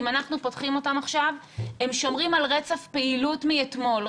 אם אנחנו פותחים אותם עכשיו הם שומרים על רצף פעילות מאתמול,